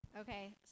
Okay